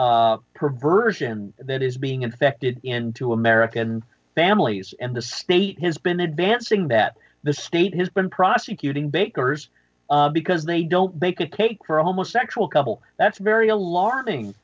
perversion that is being infected into american families and the state has been advancing that the state has been prosecuting bakers because they don't make a cake for a homosexual couple that's very alarming